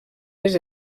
més